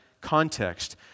context